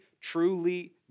truly